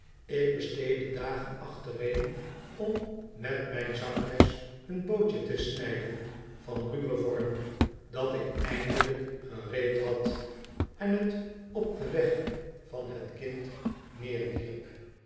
ik besteedde dagen achtereen om met mijn zakmes een bootje te sniiden van ruwen vorm dat ik eindelijk gereea had en het op den weg van het kind